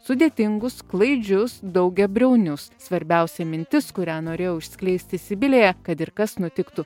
sudėtingus klaidžius daugiabriaunius svarbiausia mintis kurią norėjau išskleisti sibilėje kad ir kas nutiktų